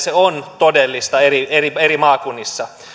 se on todellista eri eri maakunnissa